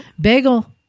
Bagel